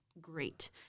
great